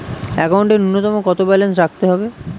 একাউন্টে নূন্যতম কত ব্যালেন্স রাখতে হবে?